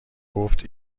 گفت